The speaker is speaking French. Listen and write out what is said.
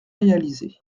réalisée